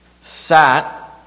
sat